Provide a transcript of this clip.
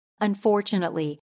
Unfortunately